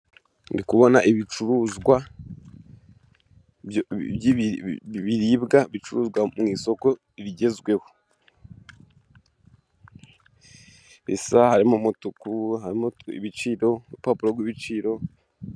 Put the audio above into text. Ndikubona ibicuruza by'ibiribwa bicuruzwa mu isoko rigezweho bisa harimo umutuku, harimo ibiciro, urupapuro rw'ibiciro...